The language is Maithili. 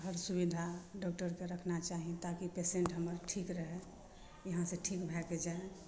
हर सुविधा डॉक्टर के रखना चाही ताकि पेसेंट हमर ठीक रहए यहाँ से ठीक भए कऽ जाए